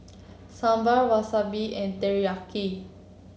Sambar Wasabi and Teriyaki